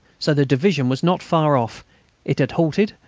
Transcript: so the division was not far off it had halted,